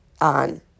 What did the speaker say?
on